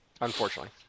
unfortunately